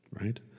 right